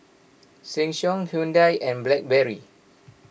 Sheng Siong Hyundai and Blackberry